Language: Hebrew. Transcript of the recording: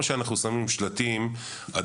שאנחנו שמים שלטים זה לא מאוד מועיל.